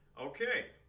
Okay